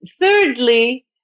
Thirdly